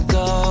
go